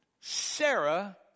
Sarah